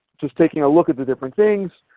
just taking a look at the different things,